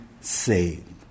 saved